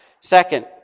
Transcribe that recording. Second